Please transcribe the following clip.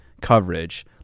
coverage